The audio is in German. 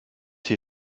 hier